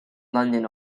london